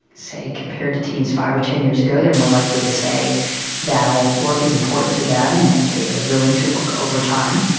say compared to teens five or ten years ago. they are more likely to say that work is important to them and that they are willing to work overtime.